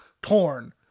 Porn